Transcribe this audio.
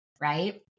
right